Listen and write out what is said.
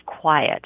quiet